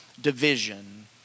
division